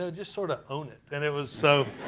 ah just sort of own it. and it was so.